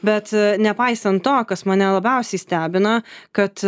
bet nepaisant to kas mane labiausiai stebina kad